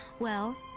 well,